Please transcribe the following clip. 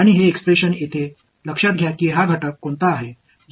எந்த கூறு இதில் மாறுகிறது என்றால் x கூறு மட்டுமே மாறுகிறது